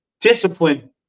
discipline